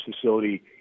facility